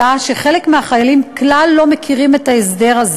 אלא שחלק מהחיילים כלל לא מכירים את ההסדר,